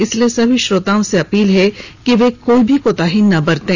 इसलिए सभी श्रोताओं से अपील है कि कोई भी कोताही ना बरतें